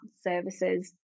services